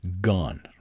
Gone